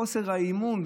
בחוסר האמון,